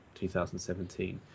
2017